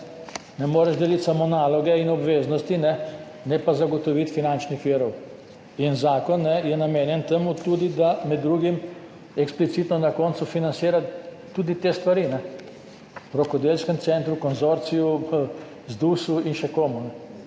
Ne moreš deliti samo naloge in obveznosti, ne pa zagotoviti finančnih virov in zakon je namenjen temu tudi, da med drugim eksplicitno na koncu financira tudi te stvari v rokodelskem centru, konzorciju, ZDUS-u in še komu